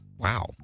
Wow